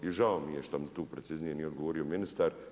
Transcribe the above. I žao mi je šta mi tu preciznije nije odgovorio ministar.